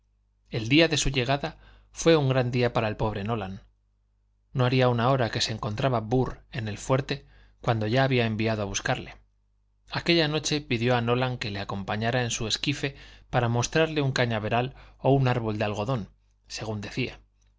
el día de su llegada fué un gran día para el pobre nolan no haría una hora que se encontraba burr en el fuerte cuando ya había enviado a buscarle aquella noche pidió a nolan que le acompañara en su esquife para mostrarle un cañaveral o un árbol de algodón según decía